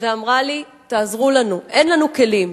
ואמרה לי: תעזרו לנו, אין לנו כלים.